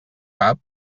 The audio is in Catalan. cap